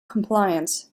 compliance